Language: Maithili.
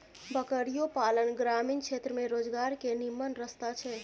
बकरियो पालन ग्रामीण क्षेत्र में रोजगार के निम्मन रस्ता छइ